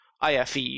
IFE